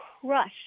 crush